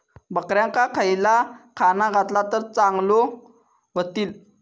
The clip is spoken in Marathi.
बकऱ्यांका खयला खाणा घातला तर चांगल्यो व्हतील?